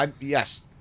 Yes